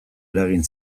eragin